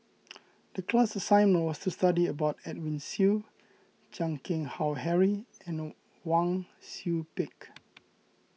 the class assignment was to study about Edwin Siew Chan Keng Howe Harry and Wang Sui Pick